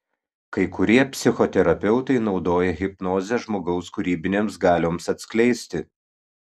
kai kurie psichoterapeutai naudoja hipnozę žmogaus kūrybinėms galioms atskleisti